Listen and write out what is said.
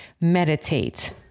meditate